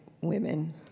women